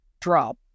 drop